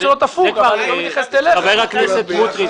שלו תפוג כבר --- חבר הכנסת סמוטריץ,